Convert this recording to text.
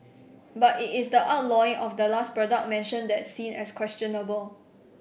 but it is the outlawing of that last product mentioned that's seen as questionable